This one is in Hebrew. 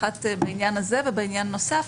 האחת בעניין הזה והשנייה בעניין נוסף.